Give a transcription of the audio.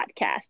podcast